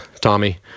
Tommy